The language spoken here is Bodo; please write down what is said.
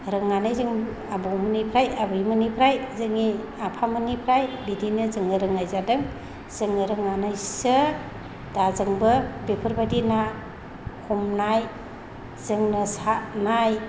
रोंनानै जों आबौमोननिफ्राय आबैमोननिफ्राय जोंनि आफामोननिफ्राय बिदिनो जोङो रोंनाय जादों जोङो रोंनानैसो दा जोंबो बेफोरबायदि ना हमनाय जोंनो सारनाय